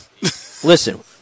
Listen